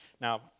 Now